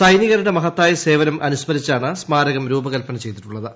സൈനികരുടെ മഹത്തായ സേവനം അനുസ്മരിച്ചാണ് സ്മാരകം രൂപകല്പന ചെയ്തിട്ടുള്ളത്